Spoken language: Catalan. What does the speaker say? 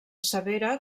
severa